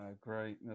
Great